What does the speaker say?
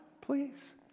please